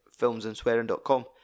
filmsandswearing.com